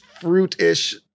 fruit-ish